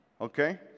Okay